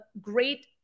great